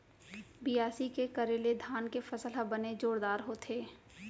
बियासी के करे ले धान के फसल ह बने जोरदार होथे